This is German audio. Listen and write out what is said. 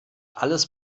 alles